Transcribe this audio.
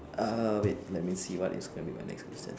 err wait let me see what's gonna be my next question